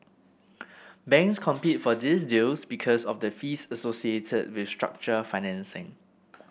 banks compete for these deals because of the fees associated with structured financing